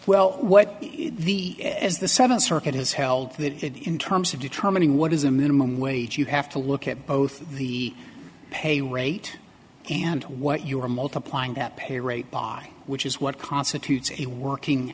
well what the as the seventh circuit has held that in terms of determining what is a minimum wage you have to look at both the pay rate and what you are multiplying that pay rate by which is what constitutes a working